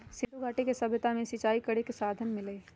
सिंधुघाटी के सभ्यता में सिंचाई करे के साधन मिललई ह